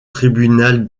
tribunal